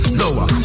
lower